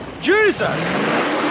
Jesus